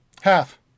Half